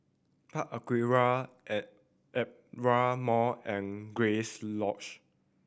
Park Aquaria Aperia Mall and Grace Lodge